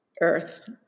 earth